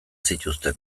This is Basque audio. zituzten